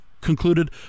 concluded